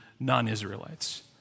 non-Israelites